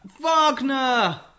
Wagner